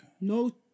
No-